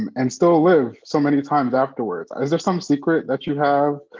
um and still live so many times afterwards? is there some secret that you have?